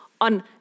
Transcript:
on